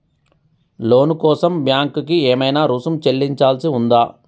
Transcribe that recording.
లోను కోసం బ్యాంక్ కి ఏమైనా రుసుము చెల్లించాల్సి ఉందా?